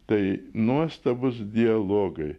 tai nuostabūs dialogai